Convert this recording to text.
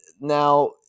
now